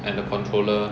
and the controller